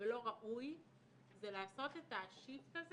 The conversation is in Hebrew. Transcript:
ולא ראוי זה לעשות את ה-shift הזה